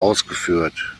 ausgeführt